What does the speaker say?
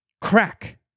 Crack